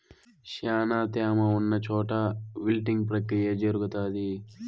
శ్యానా త్యామ ఉన్న చోట విల్టింగ్ ప్రక్రియ జరుగుతాది